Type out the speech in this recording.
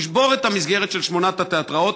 לשבור את המסגרת של שמונת התיאטראות,